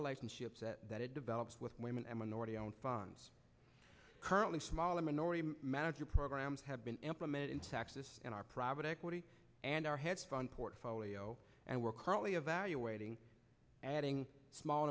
relationships that it develops with women and minority owned funds currently small minority manager programs have been implemented in texas in our private equity and our headphone portfolio and we're currently evaluating adding small